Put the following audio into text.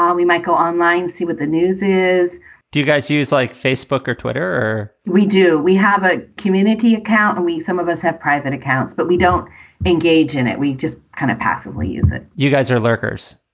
um we might go online, see what the news is do you guys use, like, facebook or twitter? we do. we have a community account and we. some of us have private accounts, but we don't engage in it. we just kind of passively use it you guys are lurkers.